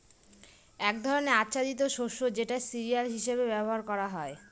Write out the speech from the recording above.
এক ধরনের আচ্ছাদিত শস্য যেটা সিরিয়াল হিসেবে ব্যবহার করা হয়